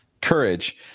courage